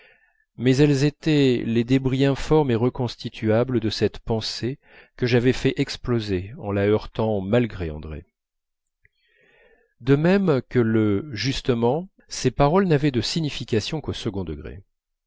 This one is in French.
mais elles étaient les débris informes et reconstituables de cette pensée que j'avais fait exploser en la heurtant malgré andrée de même que le justement ces paroles n'avaient de signification qu'au second degré